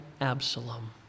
Absalom